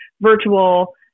virtual